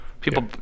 people